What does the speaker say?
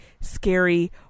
scary